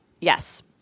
yes